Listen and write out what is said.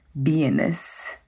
beingness